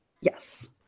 Yes